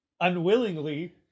unwillingly